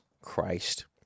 Christ